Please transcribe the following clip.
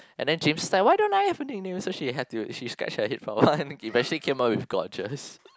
and then James sigh why I don't have a nickname so she had to she scratch her head for a while and giv~ eventually came up with Gorgeous